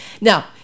Now